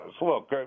Look